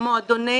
מועדוני